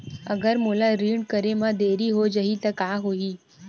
अगर मोला ऋण करे म देरी हो जाहि त का होही?